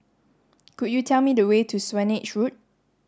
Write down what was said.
could you tell me the way to Swanage Road